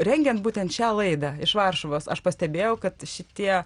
rengiant būtent šią laidą iš varšuvos aš pastebėjau kad šitie